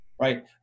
right